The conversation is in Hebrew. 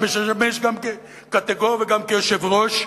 שמשמש גם כקטיגור וגם כיושב-ראש,